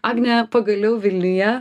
agnė pagaliau vilniuje